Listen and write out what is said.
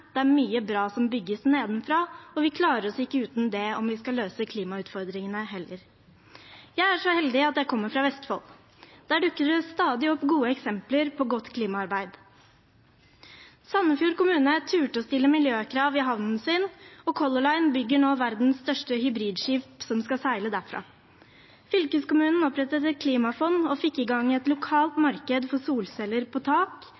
Det er mye bra som bygges nedenfra, og vi klarer oss ikke uten det om vi skal løse klimautfordringene heller. Jeg er så heldig at jeg kommer fra Vestfold. Der dukker det stadig opp gode eksempler på godt klimaarbeid. Sandefjord kommune turte å stille miljøkrav i havnen sin, og Color Line bygger nå verdens største hybridskip, som skal seile derfra. Fylkeskommunen opprettet et klimafond og fikk i gang et lokalt marked for solceller på tak.